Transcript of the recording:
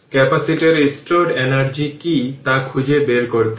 ক্যাপাসিটরে stored energy কী তা খুঁজে বের করতে হবে